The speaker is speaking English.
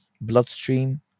bloodstream